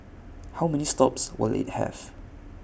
how many stops will IT have